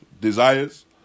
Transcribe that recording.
Desires